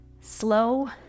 slow